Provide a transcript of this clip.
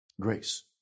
Grace